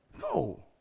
No